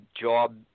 job